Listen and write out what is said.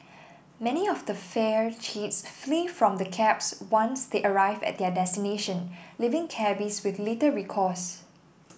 many of the fare cheats flee from the cabs once they arrive at their destination leaving cabbies with little recourse